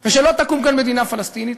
ושלא תקום כאן מדינה פלסטינית.